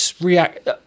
react